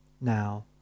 now